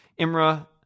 Imra